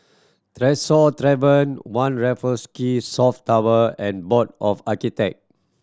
Tresor Tavern One Raffles Quay South Tower and Board of Architect